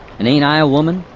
and a'nt i a woman?